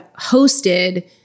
hosted